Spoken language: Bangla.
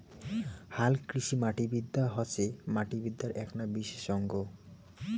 হালকৃষিমাটিবিদ্যা হসে মাটিবিদ্যার এ্যাকনা বিশেষ অঙ্গ